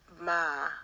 Ma